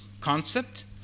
concept